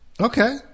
Okay